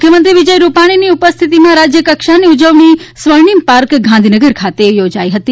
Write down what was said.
મુખ્યમંત્રી વિજય રૂપાણીની ઉપસ્થિતિમાં રાજ્યકક્ષાની ઉજવણી સ્વર્ણિમ પાર્ક ગાંધીનગર ખાતે કરાઇ હતી